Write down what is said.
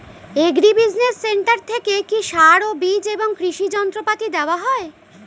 Agri business centre থেকে কি সার ও বিজ এবং কৃষি যন্ত্র পাতি দেওয়া হয়?